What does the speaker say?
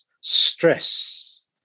stress